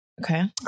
Okay